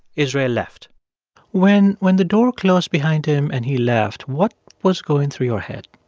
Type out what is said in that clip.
israel left when when the door closed behind him and he left, what was going through your head?